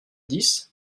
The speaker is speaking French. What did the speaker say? dix